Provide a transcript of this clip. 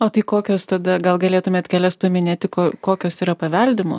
o tai kokios tada gal galėtumėt kelias paminėti kur kokios yra paveldimos